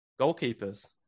goalkeepers